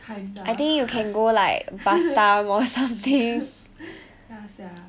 kinda ya sia